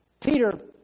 Peter